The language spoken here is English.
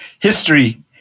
History